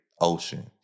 ocean